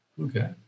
Okay